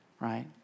right